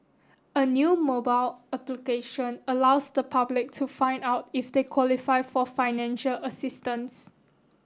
a new mobile application allows the public to find out if they qualify for financial assistance